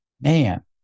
man